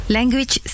Language